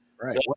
Right